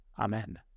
Amen